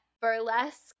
burlesque